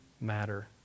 matter